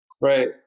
Right